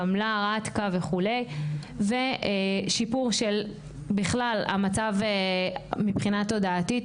קמלה רטקה וכו' ושיפור של בכלל המצב מבחינה תודעתית,